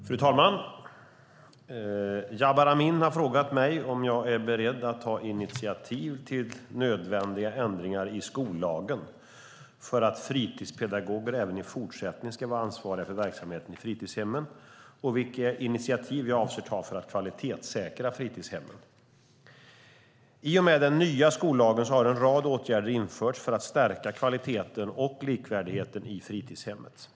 Fru talman! Jabar Amin har frågat mig om jag är beredd att ta initiativ till nödvändiga ändringar i skollagen för att fritidspedagoger även i fortsättningen ska vara ansvariga för verksamheten i fritidshemmen och vilka initiativ jag avser att ta för att kvalitetssäkra fritidshemmen. I och med den nya skollagen har en rad åtgärder införts för att stärka kvaliteten och likvärdigheten i fritidshemmet.